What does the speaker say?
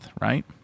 right